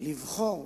לבחור